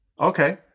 Okay